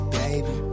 baby